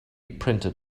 printed